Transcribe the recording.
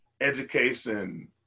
education